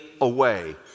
away